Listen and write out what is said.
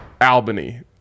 Albany